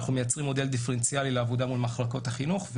אנחנו מייצרים מודל דיפרנציאלי לעבודה מול מחלקות החינוך.